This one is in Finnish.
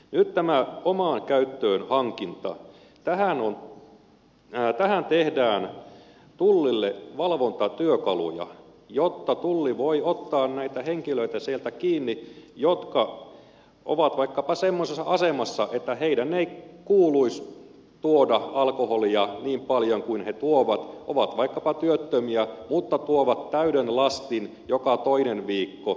nyt tähän omaan käyttöön hankintaan tehdään tullille valvontatyökaluja jotta tulli voi ottaa näitä henkilöitä sieltä kiinni jotka ovat vaikkapa semmoisessa asemassa että heidän ei kuuluisi tuoda alkoholia niin paljon kuin he tuovat ovat vaikkapa työttömiä mutta tuovat täyden lastin joka toinen viikko